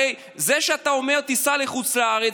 הרי זה שאתה אומר: תיסע לחוץ לארץ,